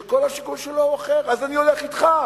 שכל השיקול שלו הוא אחר, אז אני הולך אתך.